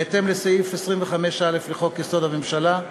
בהתאם לסעיף 25(א) לחוק-יסוד: הממשלה,